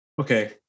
Okay